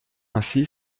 ainsi